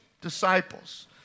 disciples